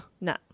No